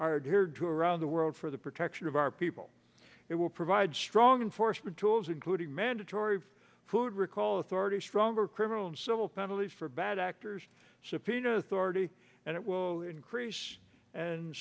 are here to around the world for the protection of our people it will provide strong enforcement tools including mandatory food recall authority stronger criminal and civil penalties for bad actors subpoena authority and it will increase and